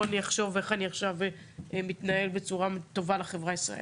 בואו נחשוב איך אני עכשיו מתנהל בצורה טובה לחברה הישראלית.